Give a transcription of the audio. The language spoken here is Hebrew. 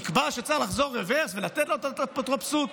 יקבע שצריך לחזור ברברס ולתת לו את האפוטרופסות,